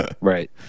right